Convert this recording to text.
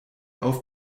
auf